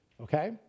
Okay